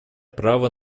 права